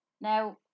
now